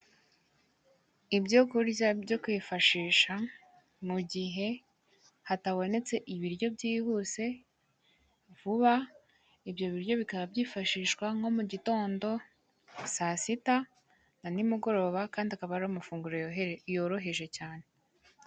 Ibyo kurya byo kwifashisha mugihe hatabonetse ibiryo byihuse vuba, ibyo biryo bikaba byifashishwa nko mu gitondo, saa sita na ni mugoroba kandi akaba ari amafunguro yohere yoroheje cyane.